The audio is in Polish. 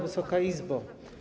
Wysoka Izbo!